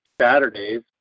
Saturdays